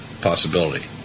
possibility